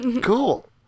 Cool